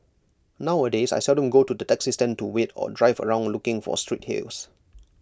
nowadays I seldom go to the taxi stand to wait or drive around looking for street hails